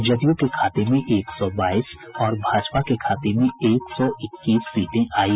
जदयू के खाते में एक सौ बाईस और भाजपा के खाते में एक सौ इक्कीस सीटें आयी